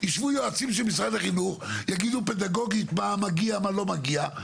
ישבו איתם יועצים של משרד החינוך ויגידו פדגוגית מה מגיע ומה לא מגיע,